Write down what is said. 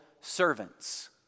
servants